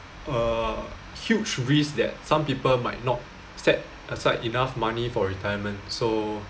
a huge risk that some people might not set aside enough money for retirement so